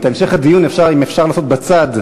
את המשך הדיון אם אפשר לעשות בצד.